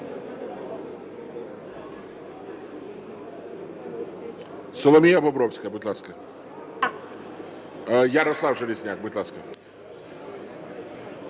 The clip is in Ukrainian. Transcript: Соломія Бобровська, будь ласка. Ярослав Железняк, будь ласка.